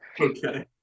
okay